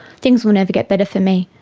things will never get better for me.